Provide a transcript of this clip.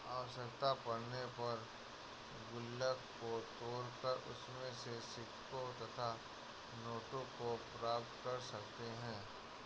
आवश्यकता पड़ने पर गुल्लक को तोड़कर उसमें से सिक्कों तथा नोटों को प्राप्त कर सकते हैं